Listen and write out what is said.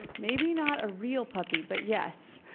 maybe not a real puppy but yes.